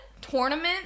Tournament